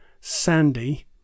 Sandy